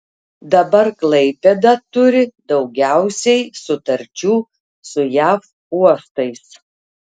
dabar klaipėda turi daugiausiai sutarčių su jav uostais